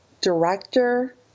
director